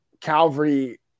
Calvary